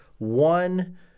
one